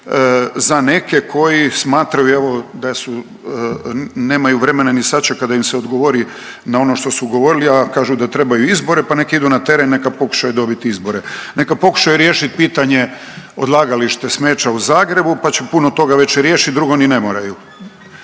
za neke koji smatraju evo da su, nemaju vremena ni sačekat da im se odgovori na ono što su govorili, a kažu da trebaju izbore, pa nek idu na teren, neka pokušaju dobit izbore, neka pokušaju riješit pitanje odlagalište smeća u Zagrebu, pa će puno toga već riješit, drugo ni ne moraju.